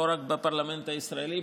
לא רק בפרלמנט הישראלי,